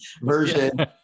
version